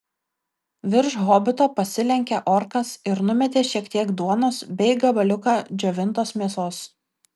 virš hobito pasilenkė orkas ir numetė šiek tiek duonos bei gabaliuką džiovintos mėsos